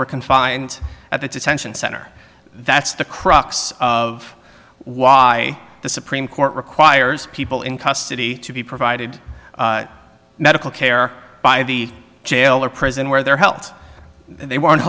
were confined at the detention center that's the crux of why the supreme court requires people in custody to be provided medical care by the jail or prison where their health they weren't